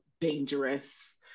dangerous